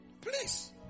Please